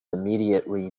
immediately